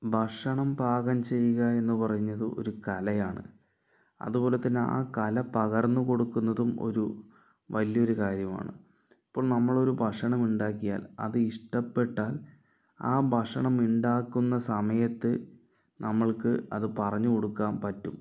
ഭക്ഷണം പാകം ചെയ്യുക എന്ന് പറയുന്നത് ഒരു കലയാണ് അതുപോലെതന്നെ ആ കല പകർന്നു കൊടുക്കുന്നതും ഒരു വലിയൊരു കാര്യമാണ് ഇപ്പോൾ നമ്മൾ ഒരു ഭക്ഷണം ഉണ്ടാക്കിയാൽ അത് ഇഷ്ടപ്പെട്ടാൽ ആ ഭക്ഷണം ഉണ്ടാക്കുന്ന സമയത്ത് നമ്മൾക്ക് അത് പറഞ്ഞു കൊടുക്കാൻ പറ്റും